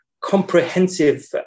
comprehensive